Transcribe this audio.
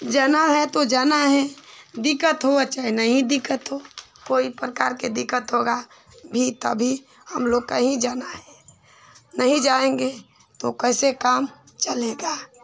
जाना है तो जाना है दिक्कत हो और चाहे नहीं दिक्कत हो कोई प्रकार की दिक्कत होगी तब भी हमलोग के ही जाना है नहीं जाएँगे तो कैसे काम चलेगा